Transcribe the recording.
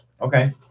Okay